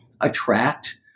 attract